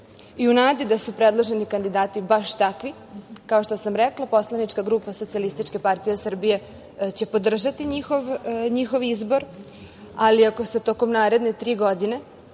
nadi da su predloženi kandidati baš takvi, kao što sam rekla, poslanička grupa SPS će podržati njihov izbor, ali ako se tokom naredne tri godine